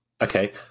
Okay